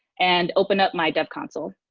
and open up my dev console,